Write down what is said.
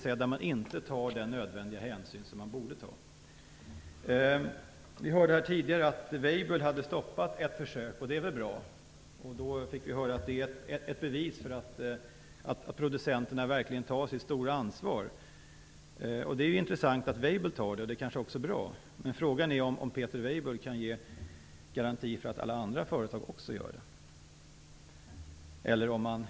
Man tar inte den nödvändiga hänsyn som man borde ta. Vi hörde tidigare att Weibull hade stoppat ett försök. Det är väl bra. Vi fick höra att det är ett bevis för att producenterna verkligen tar sitt stora ansvar. Det är intressant att Weibull tar det, och det är kanske också bra. Men frågan är om Peter Weibull Bernström kan ge garantier för att alla andra företag också gör det.